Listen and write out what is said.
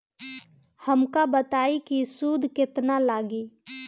हमका बताई कि सूद केतना लागी?